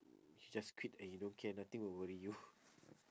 you just quit and you don't care nothing will worry you